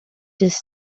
just